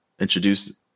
introduce